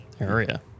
area